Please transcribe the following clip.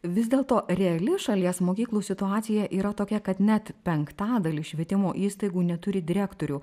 vis dėlto reali šalies mokyklų situacija yra tokia kad net penktadalis švietimo įstaigų neturi direktorių